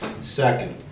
Second